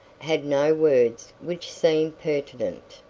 had no words which seemed pertinent.